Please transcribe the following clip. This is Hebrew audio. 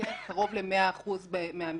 קרוב ל-100% מהמקרים.